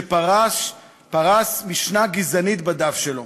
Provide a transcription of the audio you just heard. שפרס משנה גזענית בדף שלו.